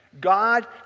God